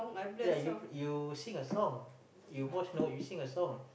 yeah you you sing a song your voice no you sing a song